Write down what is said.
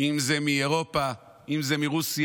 אם זה מאירופה, אם זה מרוסיה,